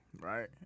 right